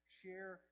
share